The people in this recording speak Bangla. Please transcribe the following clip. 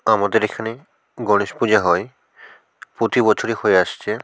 আমাদের এখানে গণেশ পুজো হয় প্রতি বছরই হয় আসছে